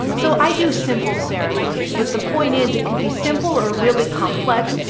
so i do simple ceremonies, but the point is it could be simple or really complex.